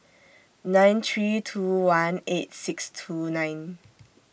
nine three two one eight six two nine